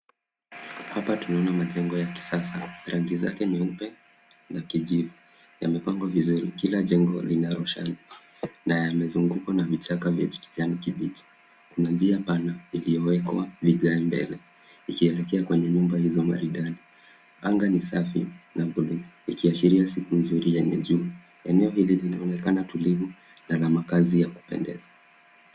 Hapa tunaona majengo za kisasa. Rangi zake nyeupe na kijivu. Yamepangwa vizuri kila jengo lina roshani na yamezungukwa na vichaka vya kijani kibichi. Kuna njia pana iliyowekwa vigae mbele ikielekea kwenye nyumba hizo maridadi. Anga ni safi na buluu ikiashiria siku nzuri yenye jua. Eneo vilevile linaonekana tulivu na la makazi ya kupendeza.